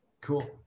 Cool